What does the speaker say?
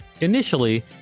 Initially